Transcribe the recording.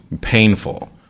painful